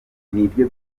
nibyo